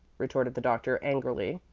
retorted the doctor, angrily.